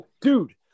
dude